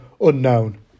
unknown